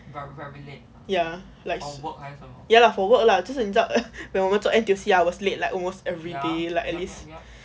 ya like ya lah for work lah 就是你知道 when 我们做 N_T_U_C I was late like almost everyday like at least